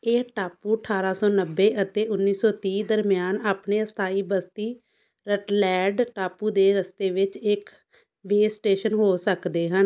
ਇਹ ਟਾਪੂ ਅਠਾਰ੍ਹਾਂ ਸੌ ਨੱਬੇ ਅਤੇ ਉੱਨੀ ਸੌ ਤੀਹ ਦਰਮਿਆਨ ਆਪਣੇ ਅਸਥਾਈ ਬਸਤੀ ਰਟਲੈਡ ਟਾਪੂ ਦੇ ਰਸਤੇ ਵਿੱਚ ਇੱਕ ਵੇਅ ਸਟੇਸ਼ਨ ਹੋ ਸਕਦੇ ਹਨ